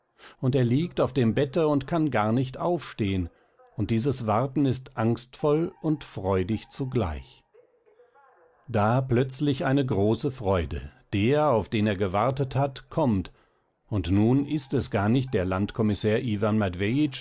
und er liegt auf dem bette und kann gar nicht aufstehen und dieses warten ist angstvoll und freudig zugleich da plötzlich eine große freude der auf den er gewartet hat kommt und nun ist es gar nicht der landkommissär iwan